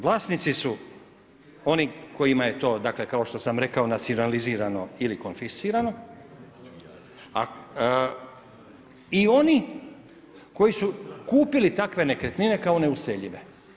Vlasnici su oni kojima je to dakle, kao što sam rekao nacionalizirano ili konfiscirano i oni koji su kupili takve nekretnine kao neuseljive.